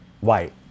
white